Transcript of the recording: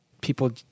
people